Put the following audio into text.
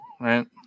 right